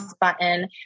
button